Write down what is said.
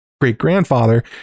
great-grandfather